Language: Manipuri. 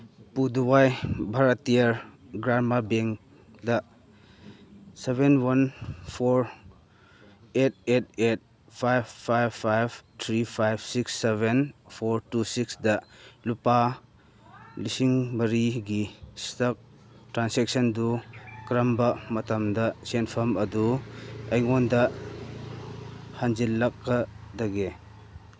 ꯄꯨꯗꯨꯋꯥꯏ ꯚꯥꯔꯠꯇꯤꯌꯥ ꯒ꯭ꯔꯥꯃꯥ ꯕꯦꯡꯗ seven one four eight eight eight five five five three five six seven four two ꯁꯤꯛꯁꯗ ꯂꯨꯄꯥ ꯂꯤꯁꯤꯡ ꯃꯔꯤꯒꯤ ꯏꯁꯇꯛ ꯇ꯭ꯔꯥꯟꯁꯦꯛꯁꯟꯗꯨ ꯀꯔꯝꯕ ꯃꯇꯝꯗ ꯁꯦꯟꯐꯝ ꯑꯗꯨ ꯑꯩꯉꯣꯟꯗ ꯍꯟꯖꯤꯜꯂꯛꯀꯗꯒꯦ